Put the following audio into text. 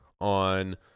on